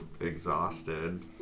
exhausted